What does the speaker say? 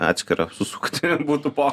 atskirą susukti būtų po